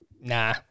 nah